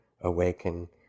awaken